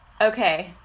Okay